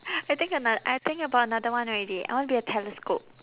I think ano~ I think about another one already I wanna be a telescope